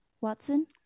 Watson